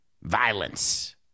Violence